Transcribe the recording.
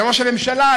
לראש הממשלה,